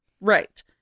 Right